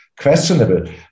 questionable